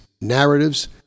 narratives